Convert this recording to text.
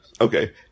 okay